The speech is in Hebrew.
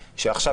שעכשיו,